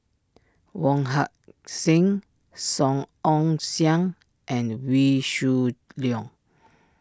Wong Heck Sing Song Ong Siang and Wee Shoo Leong